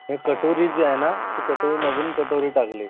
हे कटोरी जे आहे ना ते कटोरी नवीन कटोरी टाकली